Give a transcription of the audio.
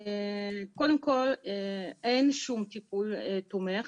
קודם כל, אין שום טיפול תומך.